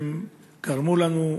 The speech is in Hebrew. והם גרמו לנו,